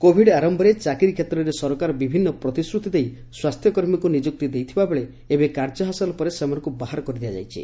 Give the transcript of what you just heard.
Covid ଆର ସରକାର ବିଭିନ୍ନ ପ୍ରତିଶ୍ରୁତି ଦେଇ ସ୍ୱାସ୍ସ୍ୟକର୍ମୀଙ୍କୁ ନିଯୁକ୍ତି ଦେଇଥିବାବେଳେ ଏବେ କାର୍ଯ୍ୟ ହାସଲ ପରେ ସେମାନଙ୍କୁ ବାହାର କରିଦିଆଯାଇଛି